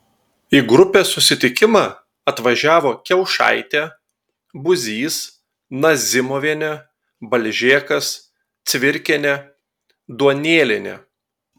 į grupės susitikimą atvažiavo kiaušaitė buzys nazimovienė balžėkas cvirkienė duonėlienė